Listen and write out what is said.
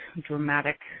dramatic